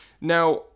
Now